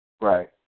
right